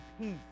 peace